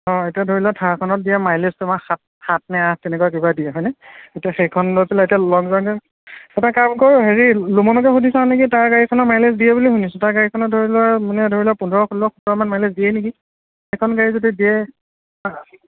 অ' এতিয়া ধৰি লোৱা থাৰখনত দিয়ে মাইলে'জ তোমাৰ সাত সাত নে আঠ তেনেকুৱা কিবা দিয়ে হয়নে এতিয়া সেইখন লৈ পেলাই এতিয়া লং জাৰ্নি এটা কাম কৰো হেৰি ৰুমনকে সুধি চাওঁ নেকি তাৰ গাড়ীখনে মাইলে'জ দিয়ে বুলি শুনিছো তাৰ গাড়ীখনত ধৰি লোৱা পোন্ধৰ ষোল্ল সোতৰমান মাইলে'জ দিয়ে নেকি সেইখন গাড়ী যদি দিয়ে